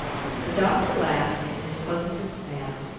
the doctor laughed in his pleasantest manner.